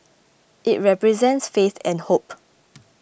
it represents faith and hope